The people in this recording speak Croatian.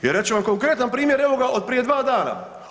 I reći ću vam konkretan primjer, evo ga od prije dva dana.